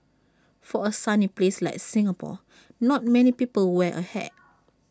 for A sunny place like Singapore not many people wear A hat